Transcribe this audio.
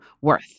worth